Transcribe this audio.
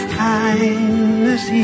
kindness